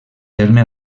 terme